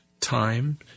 time